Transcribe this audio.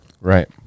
right